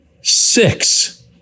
six